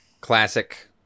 Classic